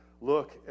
Look